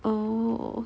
oh